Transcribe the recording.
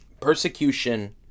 persecution